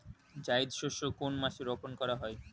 জায়িদ শস্য কোন মাসে রোপণ করা হয়?